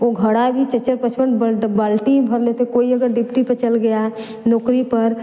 ऊ घड़ा भी चार चार पाँच पाँच बाल्टी ही भर लेते कोई अगर डिप्टी पे चल गया नौकरी पर